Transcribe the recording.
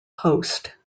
host